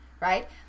right